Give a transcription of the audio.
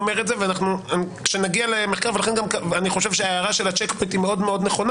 לכן אני חושב שההערה של ה-צ'ק פוינט היא מאוד נכונה